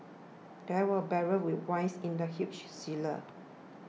there were barrels with wines in the huge cellar